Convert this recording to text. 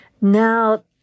Now